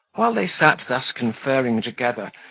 while they sat thus conferring together,